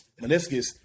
meniscus